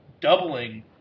doubling